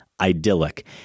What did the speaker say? idyllic